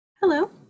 hello